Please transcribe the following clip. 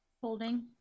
Holding